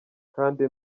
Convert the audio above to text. kandi